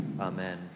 Amen